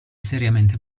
seriamente